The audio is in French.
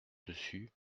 dessus